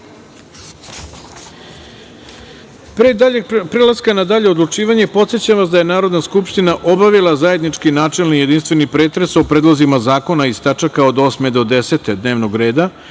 zakona. Pre prelaska na dalje odlučivanje, podsećam vas da je Narodna skupština obavila zajednički načelni i jedinstveni pretres o predlozima zakona iz tač. 8-10. dnevnog reda,